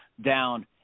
down